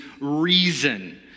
reason